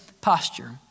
posture